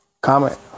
Comment